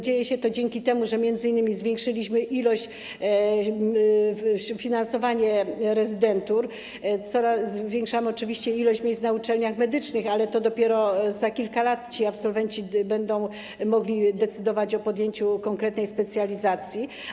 Dzieje się tak dzięki temu, że m.in. zwiększyliśmy środki na finansowanie rezydentur, zwiększamy liczbę miejsc na uczelniach medycznych, ale dopiero za kilka lat ich absolwenci będą mogli decydować o podjęciu konkretnej specjalizacji.